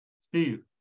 Steve